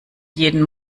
jeden